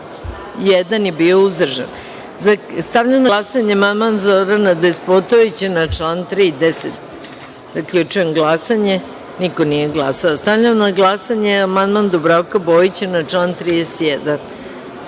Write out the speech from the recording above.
je bio uzdržan. Stavljam na glasanje amandman Zorana Despotovića na član 30.Zaključujem glasanje: niko nije glasao. Stavljam na glasanje amandman Dubravka Bojića na član